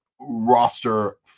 roster